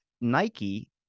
Nike